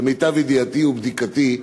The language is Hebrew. למיטב ידיעתי ובדיקתי,